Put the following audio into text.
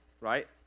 right